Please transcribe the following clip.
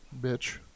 bitch